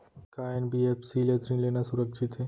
का एन.बी.एफ.सी ले ऋण लेना सुरक्षित हे?